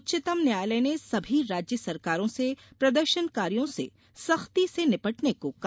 उच्चतम न्यायालय ने सभी राज्य सरकारों से प्रदर्शनकारियों से सख्ती से निपटने को कहा